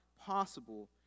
possible